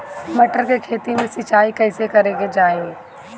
मटर के खेती मे सिचाई कइसे करे के चाही?